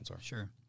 Sure